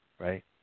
Right